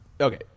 okay